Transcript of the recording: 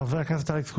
חבר הכנסת אלכס קושניר,